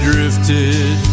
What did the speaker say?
Drifted